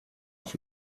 auf